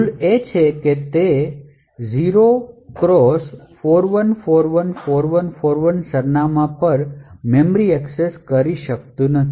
ભૂલ એ છે કે તે 0x41414141 સરનામાં પર મેમરીને એક્સેસ કરી શકતી નથી